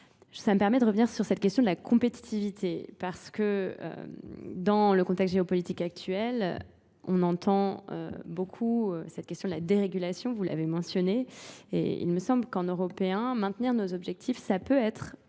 Ça me permet de revenir sur cette question de la compétitivité, parce que dans le contexte géopolitique actuel, on entend beaucoup cette question de la dérégulation, vous l'avez mentionné, Et il me semble qu'en Européens, maintenir nos objectifs, ça peut être finalement